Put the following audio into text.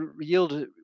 yield